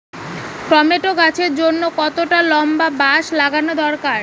Tomato গাছের জন্যে কতটা লম্বা বাস লাগানো দরকার?